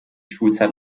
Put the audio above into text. schulzeit